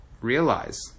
realize